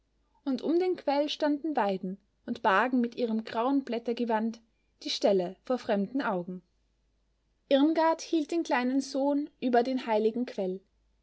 und um den quell standen weiden und bargen mit ihrem grauen blättergewand die stelle vor fremden augen irmgard hielt den kleinen sohn über den heiligen quell